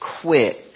quit